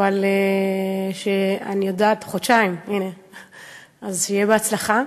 חודשיים, אז שיהיה בהצלחה,